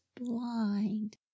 blind